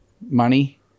money